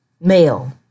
male